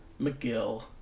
McGill